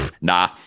nah